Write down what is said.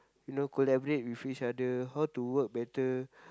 you know collaborate with each other how to work better